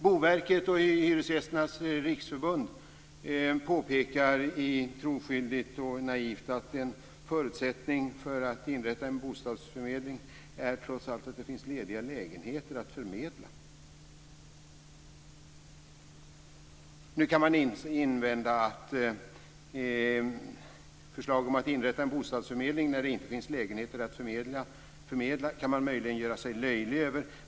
Boverket och Hyresgästernas Riksförbund påpekar troskyldigt och naivt att en förutsättning för att inrätta en bostadsförmedling trots allt är att det finns lediga lägenheter att förmedla. Nu kan man invända att ett förslag om att inrätta en bostadsförmedling när det inte finns lägenheter att förmedla kan man möjligen göra sig löjlig över.